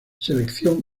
selección